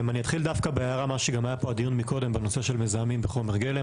אני אתחיל דווקא בנושא של מזהמים בחומר גלם.